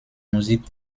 musik